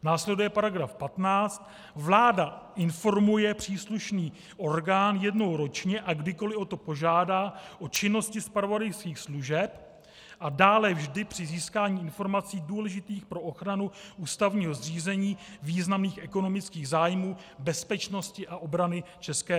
Následuje § 15: Vláda informuje příslušný orgán jednou ročně a kdykoliv o to požádá o činnosti zpravodajských služeb a dále vždy při získání informací důležitých pro ochranu ústavního zřízení, významných ekonomických zájmů, bezpečnosti a obrany ČR.